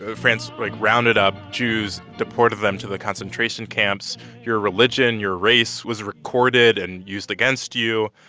ah france, like, rounded up jews, deported them to the concentration camps. your religion, your race was recorded and used against you.